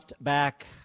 back